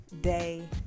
day